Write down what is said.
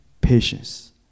patience